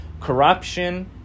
corruption